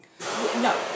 No